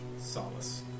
solace